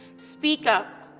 speak up,